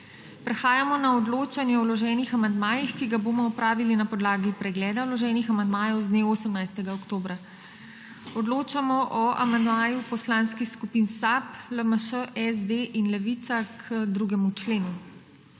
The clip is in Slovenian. Prehajamo na odločanje o vloženih amandmajih, ki ga bomo opravili na podlagi pregleda vloženih amandmajev z dne 18. oktobra. Odločamo o amandmaju poslanskih skupin SAB, LMŠ, SD in Levica k 2. členu.